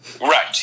Right